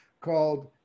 called